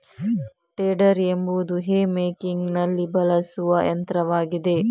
tedder ಎಂಬುದು ಹೇ ಮೇಕಿಂಗಿನಲ್ಲಿ ಬಳಸುವ ಯಂತ್ರವಾಗಿದೆ